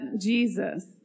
Jesus